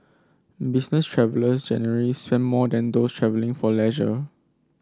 business travellers generally spend more than those travelling for leisure